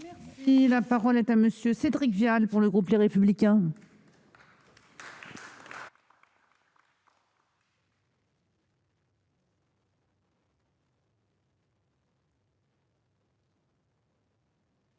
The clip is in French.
de loi. La parole est à M. Cédric Vial, pour le groupe Les Républicains.